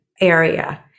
area